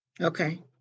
okay